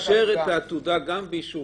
מנהל התעופה האזרחית יאשר את העתודה גם באישור